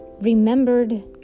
remembered